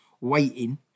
waiting